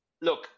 look